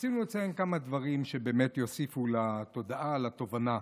רצינו לציין כמה דברים שבאמת יוסיפו לתודעה ולהבנה.